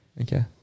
Okay